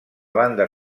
banda